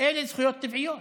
אלה זכויות טבעיות.